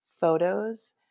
photos